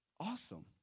awesome